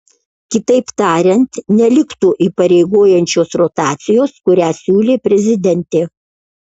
kitaip tariant neliktų įpareigojančios rotacijos kurią siūlė prezidentė